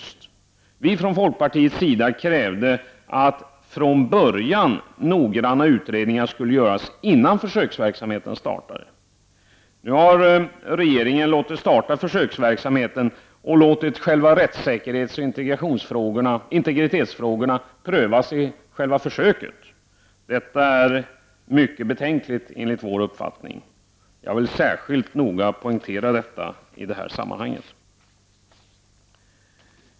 Vi krävde från folkpartiets sida att noggranna utredningar skulle göras från början, dvs. innan försöksverksamheten startade. Nu har regeringen låtit försöksverksamheten starta, och rättssäkerhetsoch integritetsfrågorna prövas vid själva försöket. Detta är enligt vår uppfattning mycket betänkligt. Jag vill särskilt noga poängtera detta i det här sammanhanget.